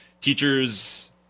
teachers